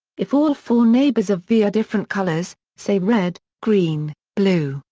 if all four neighbors of v are different colors, say red, green, blue,